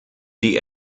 die